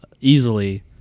easily